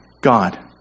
God